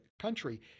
country